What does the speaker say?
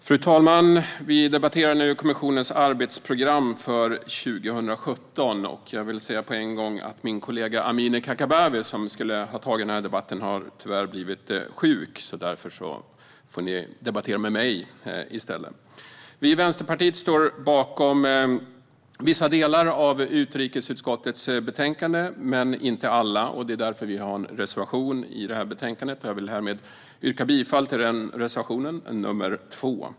Fru talman! Vi debatterar nu kommissionens arbetsprogram för 2017. Jag vill börja med att säga att mina kollega Amineh Kakabaveh, som skulle ha tagit denna debatt, tyvärr har blivit sjuk. Därför får ni debattera med mig i stället. Vi i Vänsterpartiet står bakom vissa delar av utrikesutskottets utlåtande, men inte alla. Det är därför som vi har en reservation i detta utlåtande, reservation 2, som jag härmed yrkar bifall till.